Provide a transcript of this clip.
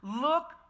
Look